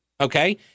okay